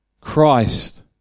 Christ